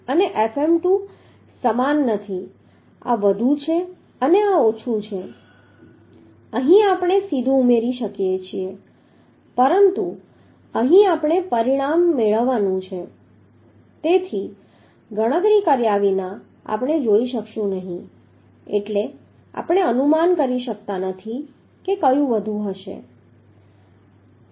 આ Fm1 અને Fm2 સમાન નથી આ વધુ છે અને આ ઓછું છે અહીં આપણે સીધું ઉમેરી શકીએ છીએ પરંતુ અહીં આપણે પરિણામ મેળવવાનું છે તેથી ગણતરી કર્યા વિના આપણે જોઈ શકીશું નહીં એટલે આપણે અનુમાન કરી શકતા નથી કે કયું વધુ હશે